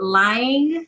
lying